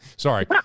Sorry